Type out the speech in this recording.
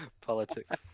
politics